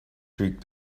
streak